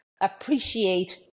appreciate